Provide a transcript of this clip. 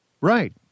Right